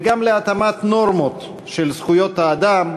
וגם להטעמת נורמות של זכויות האדם,